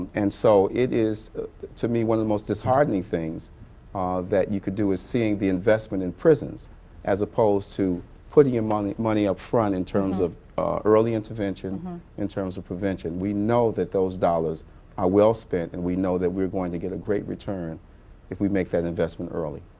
and so, it is to me one of the most disheartening things that you can do is seeing the investment in prisons as opposed to putting your money money up front in terms of early intervention in terms of prevention. we know that those dollars are well spent and we know that we are going to get a great return if we make that investment early.